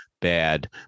Bad